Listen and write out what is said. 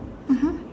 mmhmm